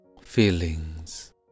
Feelings